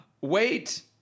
Wait